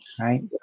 right